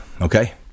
Okay